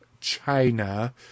China